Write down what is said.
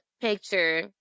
picture